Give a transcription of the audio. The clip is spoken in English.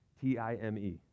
T-I-M-E